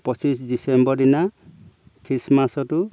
পঁচিছ ডিচেম্বৰ দিনা খ্ৰীষ্টমাছতো